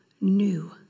new